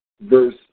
verse